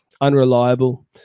unreliable